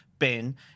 Ben